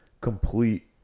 complete